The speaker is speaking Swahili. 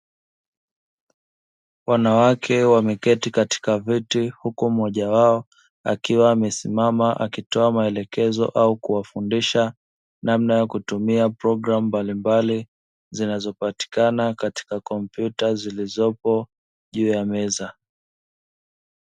Wanawake wameketi katika viti huku mmoja wao akiwa amesimama akitoa maaelekezo au kuwafundisha namna ya kutumia programu mbalimbali zinazopatikana katika kompyuta zilizopo juu ya meza.